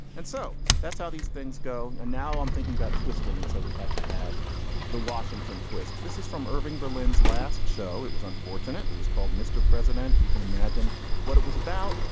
and so that's how these things go. now i'm thinking about twisting and so we have to have the washington twist. this is from irving berlin's last show it was unfortunate it was called mr. president. you can imagine what it was about.